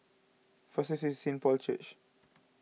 fastest Saint Paul's Church